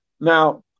now